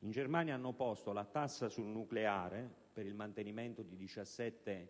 In Germania hanno istituito la tassa sul nucleare per il mantenimento di 17